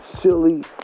silly